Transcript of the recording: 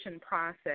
process